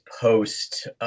post